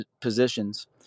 positions